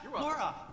Laura